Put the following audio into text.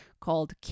called